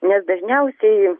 nes dažniausiai